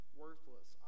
worthless